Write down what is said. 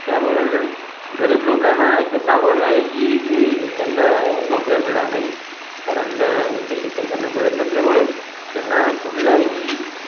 त्यामुळं गरीब लोकांना हेच आव्हान आहे की की त्यांना नोकऱ्या मिळणार नाही कारण उच्च शिक्षण त्यांना मिळत नसल्यामुळं त्यांना कुठल्याही